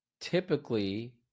typically